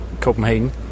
Copenhagen